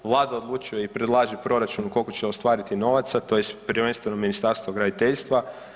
Vlada odlučuje i predlaže proračun koliko će ostvariti novaca tj. prvenstveno Ministarstvo graditeljstva.